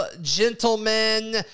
gentlemen